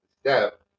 step